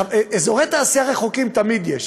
אזורי תעשייה רחוקים תמיד יש,